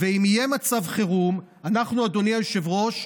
אם יהיה מצב חירום, אדוני היושב-ראש,